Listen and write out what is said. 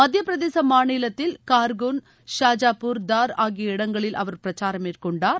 மத்தியப்பிரதேச மாநிலத்தில் கார்கன் குஜால்பூர் தார் ஆகிய இடங்களில் அவர் பிரச்சாரம் மேற்கொண்டார்